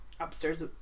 upstairs